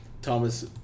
Thomas